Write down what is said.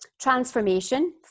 transformation